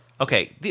Okay